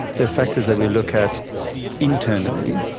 they are factors that we look at internally,